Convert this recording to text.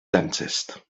dentist